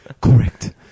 correct